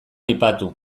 aipatu